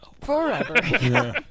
Forever